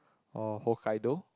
or Hokkaido